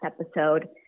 episode